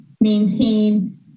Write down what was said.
maintain